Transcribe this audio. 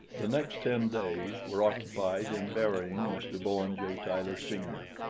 the next ten days were occupied in burying mr. bowen j. tyler, sr,